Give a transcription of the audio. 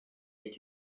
est